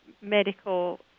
medical